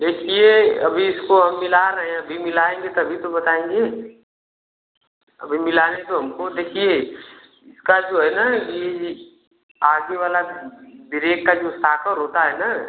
देखिए अभी इसको हम मिला रहे हैं अभी मिलाएंगे तभी तो बताएंगे अभी मिलाने दो हमको देखिए इसका जो है ना यह आगे वाला ब्रेक का जो साकर होता है ना